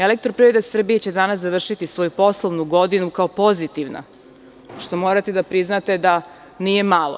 Elektroprivreda Srbije će danas završiti svoju poslovnu godinu kao pozitivna, što morate priznati da nije malo.